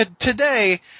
Today